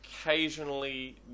occasionally